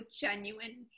genuine